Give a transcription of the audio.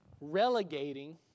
relegating